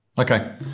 Okay